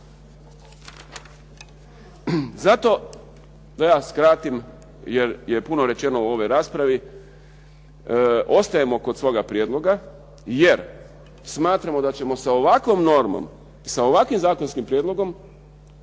Zato da skratim jer je puno rečeno u ovoj raspravi. Ostajemo kod svoga prijedloga jer smatramo da ćemo sa ovakvom normom, sa ovakvim zakonskim prijedlogom